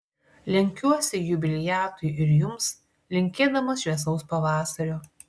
lenkiuosi jubiliatui ir jums linkėdamas šviesaus pavasario